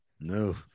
No